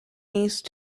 these